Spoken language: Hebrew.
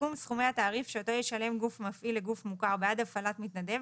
סיכום סכומי התעריף שאותו ישלם גוף מפעיל לגוף מוכר בעד הפעלת מתנדב,